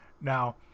Now